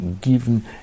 given